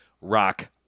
Rock